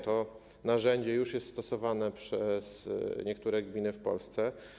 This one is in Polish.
To narzędzie już jest stosowane przez niektóre gminy w Polsce.